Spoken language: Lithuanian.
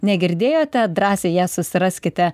negirdėjote drąsiai ją susiraskite